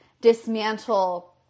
dismantle